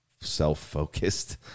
self-focused